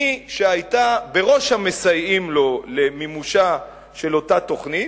מי שהיתה בראש המסייעים לו למימושה של אותה תוכנית,